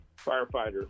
firefighter